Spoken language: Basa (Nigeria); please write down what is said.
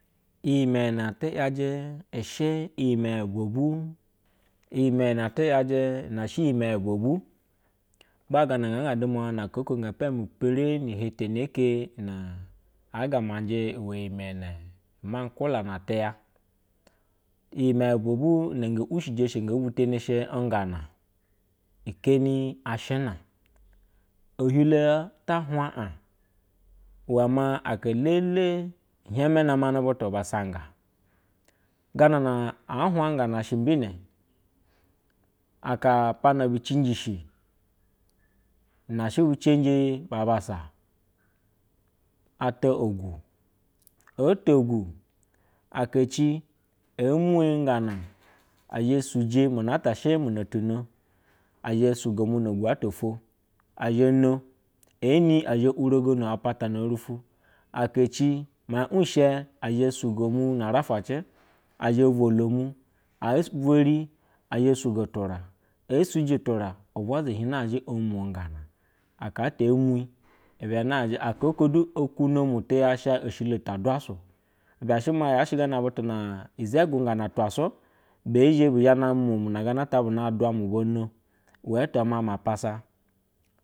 Iyeme ati yajɛ ishe iyi meye bou imeye ne she yimeye bobu maa gana na nga ga demza na celeo na gapa muba ni tha tana kenf anga ma njɛ ime iyimene maku kamar tiya, iyimeye negebu leni te nge ushe she ngana kemi ashuna ehie ta hia ag uwe ma aka lele heme nama butu ba sanga ganan huwan gana she mgi aka pana bu cicishi, nashe bu canje ba bassa ata ogu, oto gu akaci emen nfaha exhe suyi ma ata shi muna tu no ezhe sugo mun no agis ata fo zhe no ene ezhe orogono a pata orufo atra cima ushe azhe sugo mura arafwa se ezhe voho meu eveni ezhe osu go eatu e suji tura ubwa wi nazha omo nga na aha ata emure ibe nazhi aka di okure tiya asha ashilo ta dwa suo eshi yashe ma gana butu na izheyu tasu be zhe na momduna gana ta buna dna mubano we te uze mama pussa.